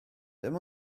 dim